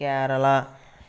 Kerala